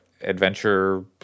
adventure